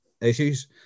issues